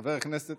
חבר הכנסת